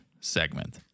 segment